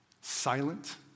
Silent